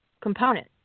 component